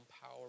power